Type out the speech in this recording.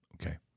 Okay